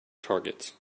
targets